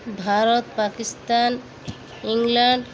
Bharat Pakistan England